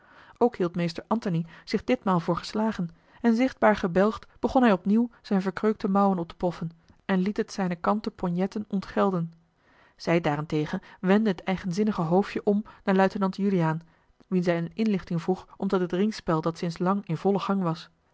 ook hield meester antony zich ditmaal voor geslagen en zichtbaar gebelgd begon hij opnieuw zijne verkreukte mouwen op te poffen en liet het zijne kanten ponjetten ontgelden zij daarentegen wendde het eigenzinnige hoofdje om naar luitenant juliaan wien zij eene inlichting vroeg omtrent het ringspel dat sinds lang in vollen gang was